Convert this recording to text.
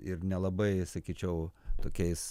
ir nelabai sakyčiau tokiais